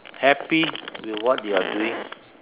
happy what you're doing